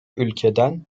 ülkeden